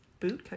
Bootcut